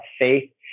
faith